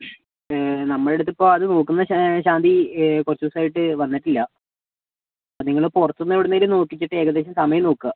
നമ്മളടുത്ത് ഇപ്പം അത് നോക്കുന്ന ശാന്തി കുറച്ച് ദിവസമായിട്ട് വന്നിട്ടില്ല അപ്പം നിങ്ങൾ പുറത്തുനിന്ന് എവിടെനിന്നെങ്കിലും നോക്കിച്ചിട്ട് ഏകദേശം സമയം നോക്കുക